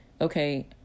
okay